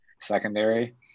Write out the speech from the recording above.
secondary